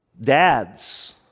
Dads